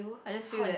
I just feel that